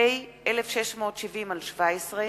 פ/1670/17,